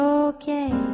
okay